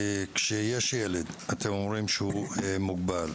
כשיש ילד מוגבל,